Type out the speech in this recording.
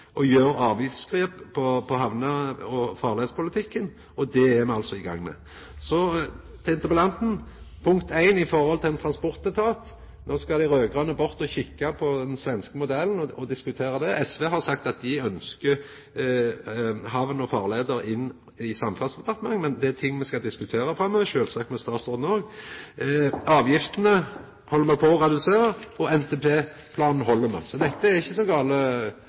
avgiftsgrep når det gjeld hamne- og farleipolitikken. Det er me altså i gang med. Så til interpellanten – i forhold til ein transportetat: No skal dei raud-grøne bort og kikka på den svenske modellen og diskutera det. SV har sagt at me ønskjer hamner og farleier inn under Samferdselsdepartementet, men det er ting me skal diskutera framover, sjølvsagt med statsråden òg. Avgiftene held me på å redusera, og NTP-planen held me. Så dette er ikkje så gale,